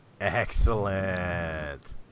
Excellent